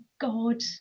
God